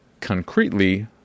concretely